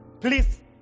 please